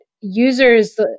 users